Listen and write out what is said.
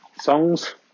songs